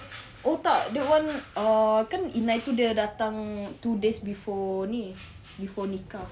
oh tak that [one] err kan inai tu dia datang two days before ni before nikah